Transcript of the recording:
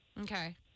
Okay